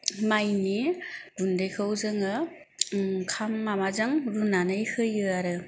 माइनि गुन्दैखौ जोङो ओंखाम माबाजों रुनानै होयो आरो